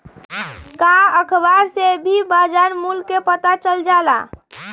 का अखबार से भी बजार मूल्य के पता चल जाला?